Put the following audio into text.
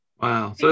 Wow